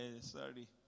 Sorry